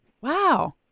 Wow